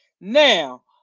Now